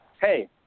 hey